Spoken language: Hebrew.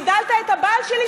גידלת את הבעל שלי,